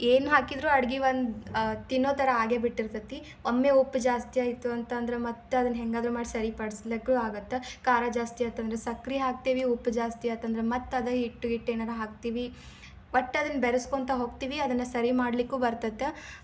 ಏನು ಹಾಕಿದರೂ ಅಡ್ಗೆ ಒಂದು ತಿನ್ನೋ ಥರ ಆಗೇ ಬಿಟ್ಟಿರ್ತತ್ತಿ ಒಮ್ಮೆ ಉಪ್ಪು ಜಾಸ್ತಿ ಆಯಿತು ಅಂತ ಅಂದ್ರೆ ಮತ್ತು ಅದನ್ನು ಹೆಂಗಾದರೂ ಮಾಡಿ ಸರಿಪಡಿಸ್ಲಿಕ್ಕೂ ಆಗುತ್ತೆ ಖಾರ ಜಾಸ್ತಿ ಆಯ್ತಂದ್ರೆ ಸಕ್ರೆ ಹಾಕ್ತೀವಿ ಉಪ್ಪು ಜಾಸ್ತಿ ಆಯ್ತಂದ್ರೆ ಮತ್ತು ಅದೇ ಹಿಟ್ಟು ಹಿಟ್ಟೇನಾರ ಹಾಕ್ತೀವಿ ಒಟ್ಟು ಅದನ್ನು ಬೆರೆಸ್ಕೊತ ಹೋಗ್ತೀವಿ ಅದನ್ನು ಸರಿ ಮಾಡಲಿಕ್ಕೂ ಬರ್ತೈತ್ತ